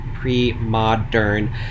pre-modern